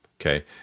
Okay